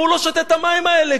הוא לא שותה את המים האלה,